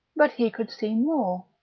but he could see more.